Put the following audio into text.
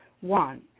One